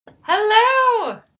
Hello